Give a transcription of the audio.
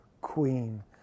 queen